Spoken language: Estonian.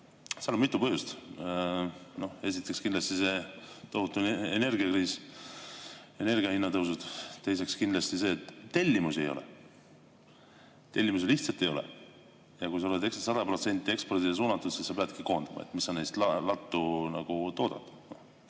Seal on mitu põhjust. Esiteks kindlasti see tohutu energiakriis, energiahindade tõusud. Teiseks kindlasti see, et tellimusi ei ole. Tellimusi lihtsalt ei ole. Ja kui sa oled 100% ekspordile suunatud, siis sa peadki koondama, mis sa neist lattu nagu toodad.